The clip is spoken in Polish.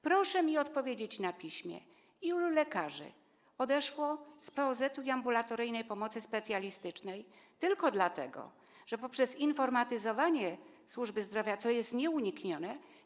Proszę odpowiedzieć na piśmie: Ilu lekarzy odeszło z POZ i z ambulatoryjnej pomocy specjalistycznej tylko ze względu na informatyzowanie służby zdrowia, co jest nieuniknione?